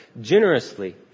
generously